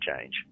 change